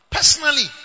Personally